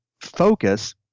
Focus